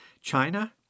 China